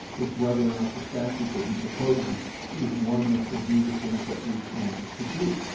it's whether or not the statute that he proposes is one that will do the things that we want it to do.